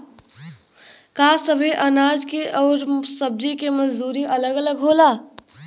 का सबे अनाज के अउर सब्ज़ी के मजदूरी अलग अलग होला?